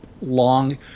long